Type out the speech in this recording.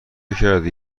کردی